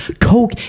Coke